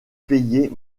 payer